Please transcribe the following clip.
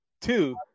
Two